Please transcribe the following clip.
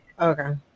okay